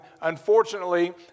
Unfortunately